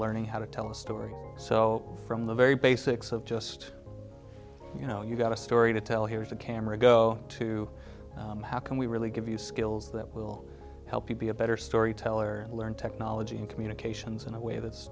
learning how to tell a story so from the very basics of just you know you've got a story to tell here's a camera go to how can we really give you skills that will help you be a better storyteller learn technology and communications in a way